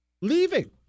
leaving